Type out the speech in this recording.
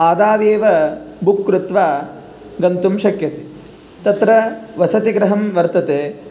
आदावेव बुक् कृत्वा गन्तुं शक्यते तत्र वसतिगृहं वर्तते